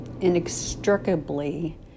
inextricably